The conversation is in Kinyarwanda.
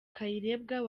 kayirebwa